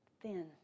thin